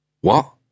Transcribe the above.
What